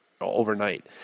overnight